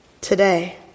today